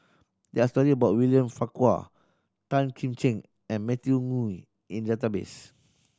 there are story about William Farquhar Tan Kim Ching and Matthew Ngui in database